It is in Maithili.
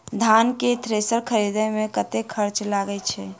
धान केँ थ्रेसर खरीदे मे कतेक खर्च लगय छैय?